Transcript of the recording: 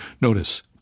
Notice